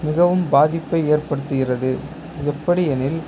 மிகவும் பாதிப்பை ஏற்படுத்துகிறது எப்படி எனில்